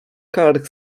kark